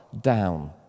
down